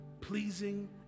pleasing